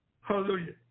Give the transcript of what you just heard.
hallelujah